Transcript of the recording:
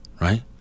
right